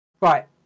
right